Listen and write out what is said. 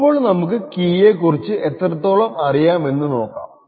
ഇപ്പോൾ നമുക്ക് കീയെ കുറിച്ചു എത്രത്തോളം അറിയാം എന്ന് നോക്കാം